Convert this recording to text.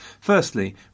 Firstly